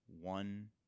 One